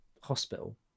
hospital